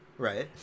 Right